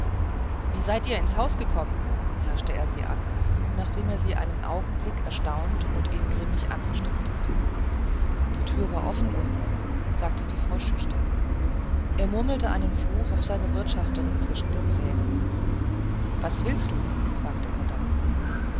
wie seid ihr ins haus gekommen herrschte er sie an nachdem er sie einen augenblick erstaunt und ingrimmig angestarrt hatte die tür war offen unten sagte die frau schüchtern er murmelte einen fluch auf seine wirtschafterin zwischen den zähnen was willst du fragte er dann